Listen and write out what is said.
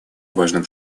важным